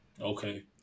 Okay